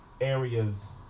areas